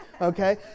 Okay